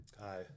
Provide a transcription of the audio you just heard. Hi